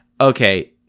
Okay